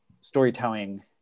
storytelling